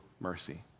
mercy